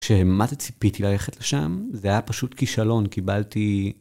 כשמה זה ציפיתי ללכת לשם, זה היה פשוט כישלון, קיבלתי...